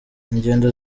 ingendo